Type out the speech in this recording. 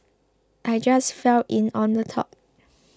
I just fell in on the top